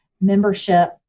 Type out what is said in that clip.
membership